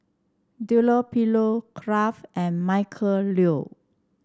Dunlopillo Kraft and Michael Trio